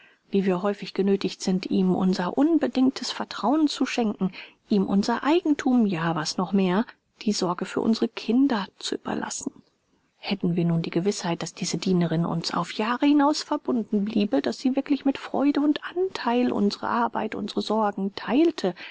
wie wir häufig genöthigt sind ihm unser unbedingtes vertrauen zu schenken ihm unser eigenthum ja was noch mehr die sorge für unsere kinder zu überlassen hätten wir nun die gewißheit daß diese dienerin uns auf jahre hinaus verbunden bliebe daß sie wirklich mit freude und antheil unsre arbeit unsre sorgen theilte